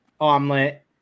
omelet